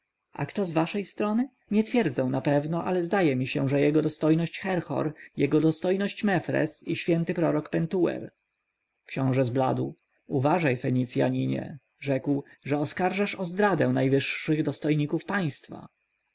a kto z waszej strony nie twierdzę na pewno ale zdaje się że jego dostojność herhor jego dostojność mefres i święty prorok pentuer książę zbladł uważaj fenicjaninie rzekł że oskarżasz o zdradę najwyższych dostojników państwa